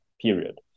period